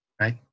Right